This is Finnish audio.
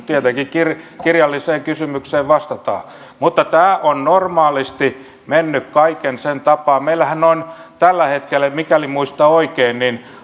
mutta tietenkin kirjalliseen kysymykseen vastataan tämä on normaalisti mennyt kaiken sen tapaan meillähän on tällä hetkellä mikäli muistan oikein